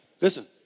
Listen